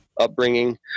upbringing